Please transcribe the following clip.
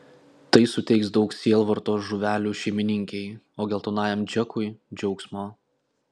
tai suteiks daug sielvarto žuvelių šeimininkei o geltonajam džekui džiaugsmo